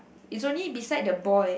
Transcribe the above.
is only beside the boy